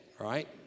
right